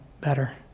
better